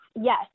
yes